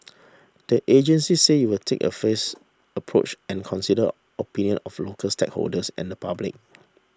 the agency said it will take a phased approach and consider opinion of local stakeholders and the public